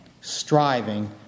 striving